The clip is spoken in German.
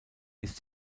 ist